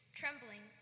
trembling